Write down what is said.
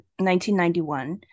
1991